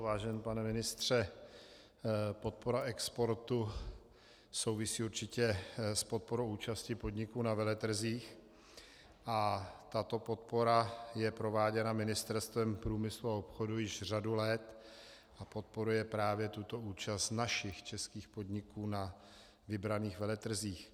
Vážený pane ministře, podpora exportu souvisí určitě s podporou účasti podniků na veletrzích a tato podpora je prováděna Ministerstvem průmyslu a obchodu již řadu let a podporuje právě tuto účast našich českých podniků na vybraných veletrzích.